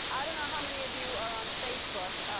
i don't know how many of you are on facebook.